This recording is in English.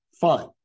Fine